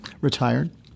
Retired